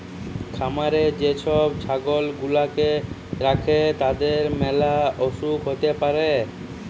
খামারে যে সব ছাগল গুলাকে রাখে তাদের ম্যালা অসুখ হ্যতে পারে